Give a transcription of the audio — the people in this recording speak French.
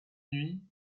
nuit